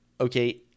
Okay